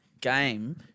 game